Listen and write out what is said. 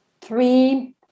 three